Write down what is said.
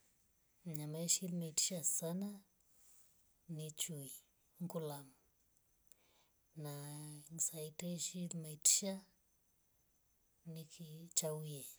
Mnyama eshirima eitihsa sana ni chui nkulam na nsaiktesh meitisha niki chauiye